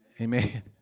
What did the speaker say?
Amen